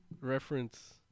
reference